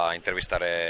intervistare